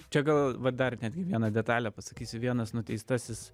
čia gal va dar netgi vieną detalę pasakysiu vienas nuteistasis